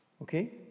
Okay